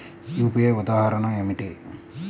UPI ఉదాహరణ ఏమిటి?